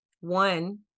One